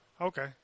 Okay